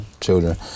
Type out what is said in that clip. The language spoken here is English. children